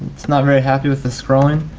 it's not very happy with the scrolling,